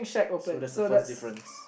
so that's the first difference